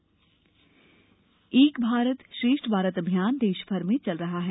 एक भारत श्रेष्ठ भारत एक भारत श्रेष्ठ भारत अभियान देश भर में चल रहा है